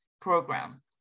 program